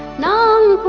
no